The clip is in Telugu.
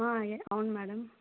అవును మేడం